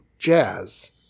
Jazz